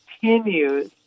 continues